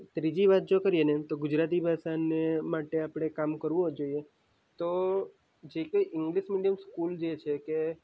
ત્રીજી વાત જો કરીએ ને તો ગુજરાતી ભાષાને માટે આપણે કામ કરવું જ જોઈએ તો જે કંઈ ઈંગ્લિસ મીડીયમ સ્કૂલ જે છે કે